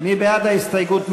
מי בעד ההסתייגות?